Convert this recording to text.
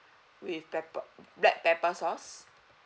with pepper black pepper sauce